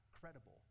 credible